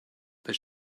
that